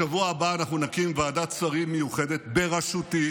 בשבוע הבא אנחנו נקים ועדת שרים מיוחדת בראשותי